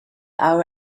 our